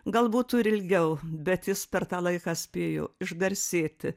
gal būtų ir ilgiau bet jis per tą laiką spėjo išgarsėti